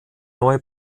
neue